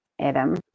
Adam